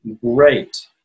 Great